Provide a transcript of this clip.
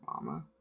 mama